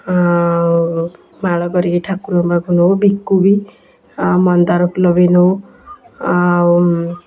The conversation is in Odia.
ଆଉ ମାଳ କରିକି ଠାକୁରଙ୍କ ପାଖକୁ ନେଉ ବିକୁ ବି ଆଉ ମନ୍ଦାର ଫୁଲ ବି ନେଉ ଆଉ